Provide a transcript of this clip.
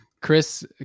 Chris